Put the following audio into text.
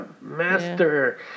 Master